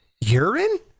urine